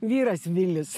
vyras vilis